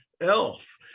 else